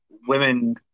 women